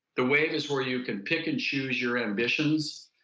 the wave is where you can pick and choose your ambitions.